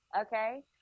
Okay